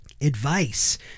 advice